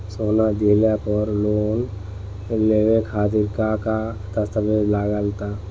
सोना दिहले पर लोन लेवे खातिर का का दस्तावेज लागा ता?